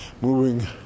moving